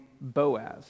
Boaz